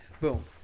Boom